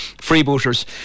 freebooters